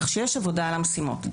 כך שיש עבודה על המשימות.